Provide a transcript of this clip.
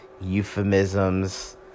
euphemisms